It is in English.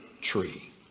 tree